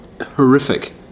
horrific